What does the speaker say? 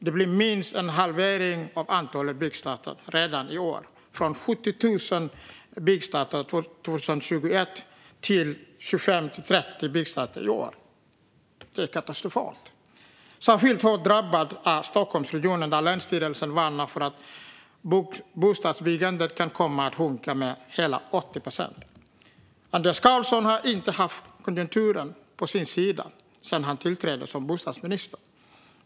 Det blir minst en halvering av antalet byggstarter redan i år, från över 70 000 byggstarter år 2021 till mellan 25 000 och 30 000 byggstarter i år. Det är katastrofalt. Särskilt hårt drabbad är Stockholmsregionen, där länsstyrelsen varnar för att bostadsbyggandet kan komma att sjunka med hela 80 procent. Andreas Carlson har inte haft konjunkturen på sin sida sedan han tillträdde som bostadsminister.